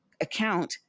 account